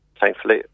thankfully